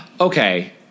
okay